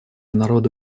народы